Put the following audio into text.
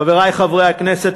חברי חברי הכנסת,